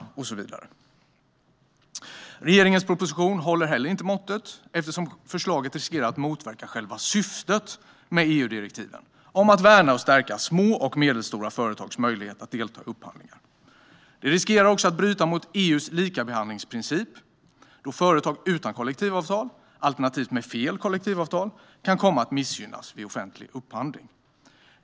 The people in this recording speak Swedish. Vidare håller regeringens proposition inte måttet eftersom det finns en risk att förslaget motverkar själva syftet med EU-direktiven om att värna och stärka små och medelstora företags möjlighet att delta i upphandlingar. Propositionen riskerar att bryta mot EU:s likabehandlingsprincip då företag utan kollektivavtal alternativt med fel kollektivavtal kan komma att missgynnas vid offentlig upphandling.